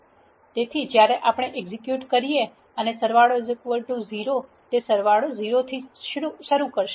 તેથી જ્યારે આપણે એક્ઝેક્યુટ કરીએ અને સરવાળો 0 તે સરવાળો 0 થી શરૂ કરશે